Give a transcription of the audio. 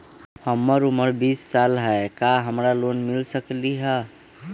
हमर उमर बीस साल हाय का हमरा लोन मिल सकली ह?